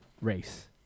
race